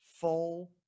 full